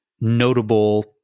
notable